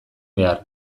behar